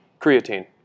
Creatine